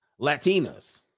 latinas